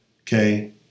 Okay